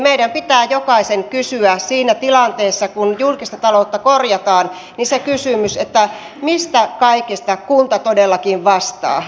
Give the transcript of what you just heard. meidän pitää jokaisen kysyä siinä tilanteessa kun julkista taloutta korjataan se kysymys mistä kaikesta kunta todellakin vastaa